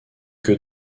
que